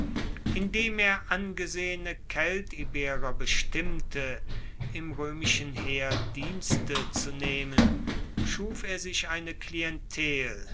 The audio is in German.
indem er angesehene keltiberer bestimmte im roemischen heer dienste zu nehmen schuf er sich eine klientel